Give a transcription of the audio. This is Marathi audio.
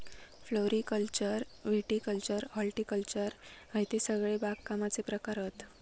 फ्लोरीकल्चर विटीकल्चर हॉर्टिकल्चर हयते सगळे बागकामाचे प्रकार हत